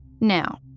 Now